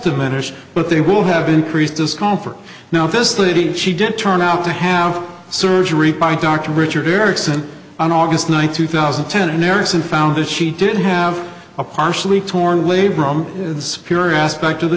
diminish but they will have increased discomfort now this lady she didn't turn out to have surgery by dr richard erickson on august ninth two thousand and ten a nurse and found that she did have a partially torn labor arm spirit aspect to the